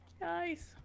Nice